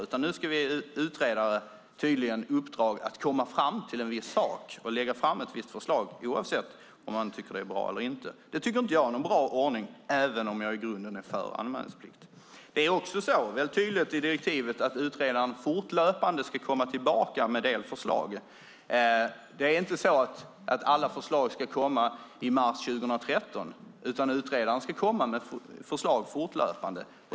I stället ska utredningen komma fram till en viss sak och lägga fram förslag om det, oavsett om det är bra eller inte. Det tycker inte jag är en bra ordning, även om jag i grunden är för anmälningsplikt. Det är tydligt i direktivet att utredaren fortlöpande ska komma tillbaka med delförslag. Alla förslag ska inte komma i mars 2013, utan utredaren ska komma med förslag fortlöpande.